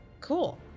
Cool